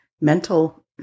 mental